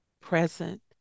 present